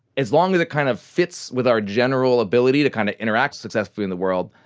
as long as it kind of fits with our general ability to kind of interact successfully in the world,